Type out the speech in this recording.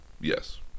Yes